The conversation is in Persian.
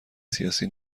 سیاسی